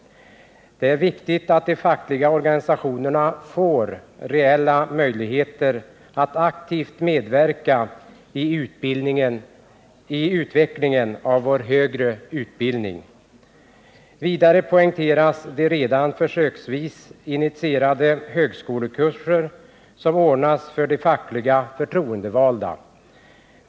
Det är viktigt att de fackliga organisationerna får reella möjligheter att aktivt medverka i utvecklingen av den högre utbildningen. Vidare poängteras de redan försöksvis initierade högskolekurser som ordnas för de fackligt förtroendevalda.